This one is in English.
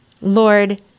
Lord